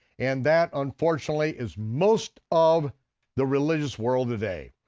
and that unfortunately is most of the religious world today.